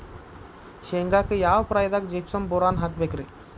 ಶೇಂಗಾಕ್ಕ ಯಾವ ಪ್ರಾಯದಾಗ ಜಿಪ್ಸಂ ಬೋರಾನ್ ಹಾಕಬೇಕ ರಿ?